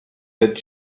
that